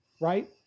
right